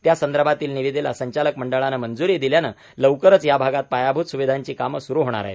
त्यासंदर्भातील निविदेला संचालक मंडळाने मंजूरी दिल्याने लवकरच या भागात पायाभूत सुविधांची कामे सुरू होणार आहे